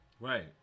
Right